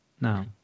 now